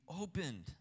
opened